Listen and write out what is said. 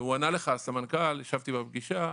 והוא ענה לך, הסמנכ"ל, ישבתי בפגישה.